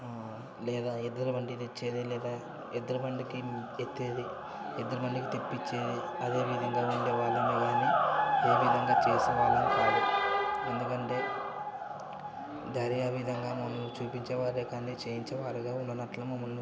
లేదా ఎద్దుల బండి తెచ్చేది లేదా ఎద్దుల బండికి ఎత్తేది ఎద్దుల బండికి తెప్పించేది అదే విధంగా ఉండేవాళ్ళము కానీ ఏ విధంగా చేసేవాళ్ళము కాదు ఎందుకంటే ధైర్య విధంగా మమ్మల్ని చూపించేవారే కానీ చేయించే వారుగా ఉన్నఅట్లా మమ్మల్ని